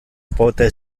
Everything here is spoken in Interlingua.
pote